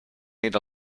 need